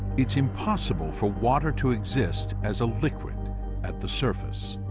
it's impossible for water to exist as a liquid at the surface.